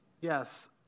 Yes